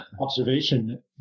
observation